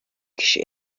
kişi